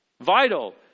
Vital